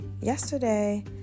yesterday